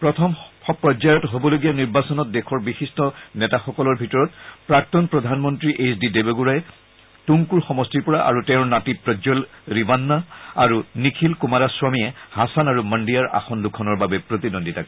প্ৰথম পৰ্যায়ত হবলগীয়া নিৰ্বাচনত দেশৰ বিশিষ্ট নেতাসকলৰ ভিতৰত প্ৰাক্তন প্ৰধানমন্নী এইচ দি দেৱগৌড়াই তুংকুৰ সমষ্টিৰ পৰা আৰু তেওঁৰ নাতি প্ৰজ্বল ৰিভান্না আৰু নিখিল কুমাৰাস্বামীয়ে হাছান আৰু মণ্ডিয়া আসনদুখনৰ বাবে প্ৰতিদ্বন্দিতা কৰিব